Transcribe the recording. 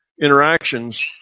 interactions